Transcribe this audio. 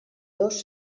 dos